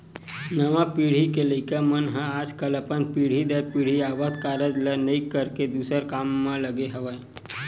नवा पीढ़ी के लइका मन ह आजकल अपन पीढ़ी दर पीढ़ी आवत कारज ल नइ करके दूसर काम म लगे हवय